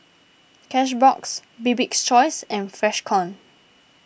Cashbox Bibik's Choice and Freshkon